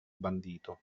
bandito